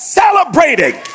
celebrating